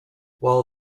while